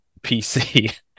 PC